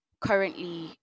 currently